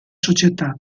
società